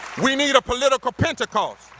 we need a political pentecost.